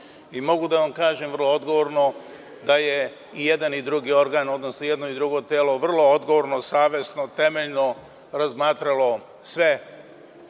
Mogu da vam kažem vrlo odgovorno da je i jedan i drugi organ, odnosno jedno i drugo telo vrlo odgovorno, savesno, temeljno razmatralo sve